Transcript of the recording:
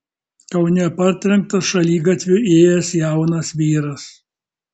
kaune partrenktas šaligatviu ėjęs jaunas vyras